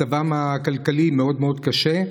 מצבם הכלכלי מאוד מאוד קשה.